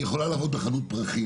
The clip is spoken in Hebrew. היא יכולה לעבוד בחנות פרחים,